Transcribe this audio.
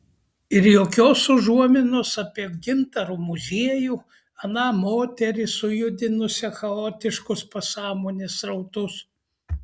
ir jokios užuominos apie gintaro muziejų aną moterį sujudinusią chaotiškus pasąmonės srautus